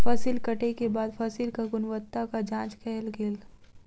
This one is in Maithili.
फसिल कटै के बाद फसिलक गुणवत्ताक जांच कयल गेल